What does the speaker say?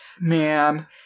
man